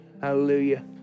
Hallelujah